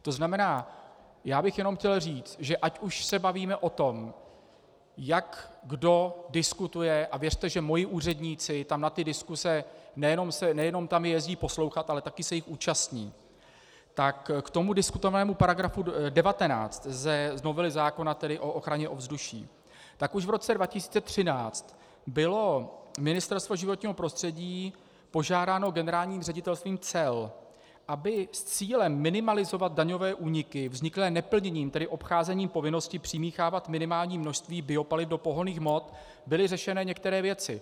To znamená, já bych jenom chtěl říct, že ať už se bavíme o tom, jak kdo diskutuje, a věřte, že moji úředníci ty diskuse nejenom jezdí poslouchat, ale taky se jich účastní, tak k tomu diskutovanému § 19 z novely zákona o ochraně ovzduší už v roce 2013 bylo Ministerstvo životního prostředí požádáno Generálním ředitelstvím cel, aby s cílem minimalizovat daňové úniky vzniklé neplněním, tedy obcházením povinnosti přimíchávat minimální množství biopaliv do pohonných hmot byly řešeny některé věci.